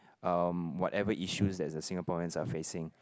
um whatever issues that the Singaporeans are facing